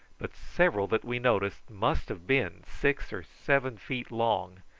but several that we noticed must have been six or seven feet long,